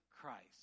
Christ